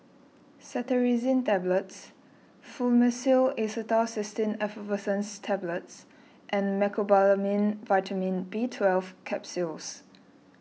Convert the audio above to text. Cetirizine Tablets Fluimucil Acetylcysteine Effervescent Tablets and Mecobalamin Vitamin B Twelve Capsules